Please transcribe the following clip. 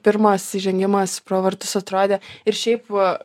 pirmas įžengimas pro vartus atrodė ir šiaip va